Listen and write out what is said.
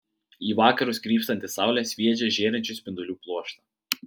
į vakarus krypstanti saulė sviedžia žėrinčių spindulių pluoštą